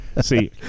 See